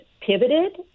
pivoted